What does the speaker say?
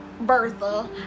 Bertha